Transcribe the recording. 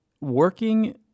working